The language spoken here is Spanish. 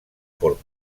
por